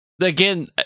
again